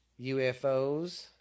UFOs